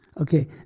Okay